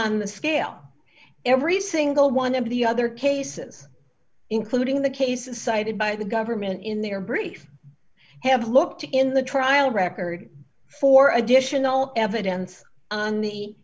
the scale every single one of the other cases including the cases cited by the government in their brief have looked in the trial record for additional evidence on the